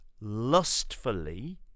lustfully